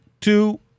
two